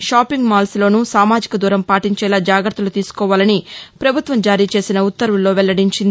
shopping మాల్స్లోనూ సామాజిక దూరం పాటించేలా జాగత్తలు తీసుకోవాలని పభుత్వం జారీ చేసిన ఉత్తర్వుల్లో వెల్లడించింది